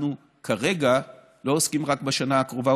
אנחנו כרגע לא עוסקים רק בשנה הקרובה או